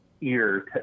ear